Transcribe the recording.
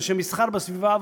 אנשי מסחר בסביבה,